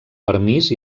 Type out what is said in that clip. permís